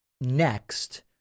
next